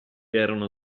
erano